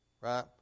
right